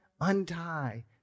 untie